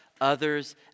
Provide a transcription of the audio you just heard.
others